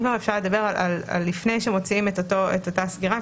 אם כבר אפשר לדבר לפני שמוציאים את אותה סגירה,